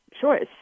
choice